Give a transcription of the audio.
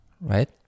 right